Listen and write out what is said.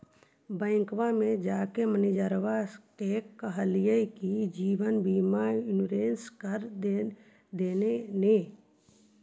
बैंकवा मे जाके मैनेजरवा के कहलिऐ कि जिवनबिमा इंश्योरेंस कर दिन ने?